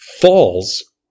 Falls